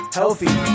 healthy